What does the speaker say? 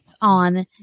on